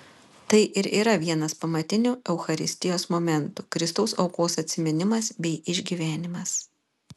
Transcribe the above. tai ir yra vienas pamatinių eucharistijos momentų kristaus aukos atsiminimas bei išgyvenimas